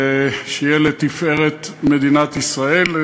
ושיהיה לתפארת מדינת ישראל.